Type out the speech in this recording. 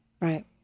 Right